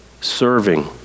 serving